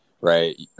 right